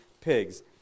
pigs